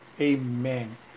Amen